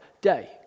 day